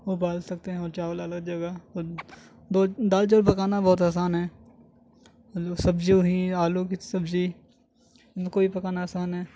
ابال سکتے ہیں اور چاول الگ جگہ دال چاول پکانا بہت آسان ہے سبزی ہوئی آلو کی سبزی ان کو بھی پکانا آسان ہے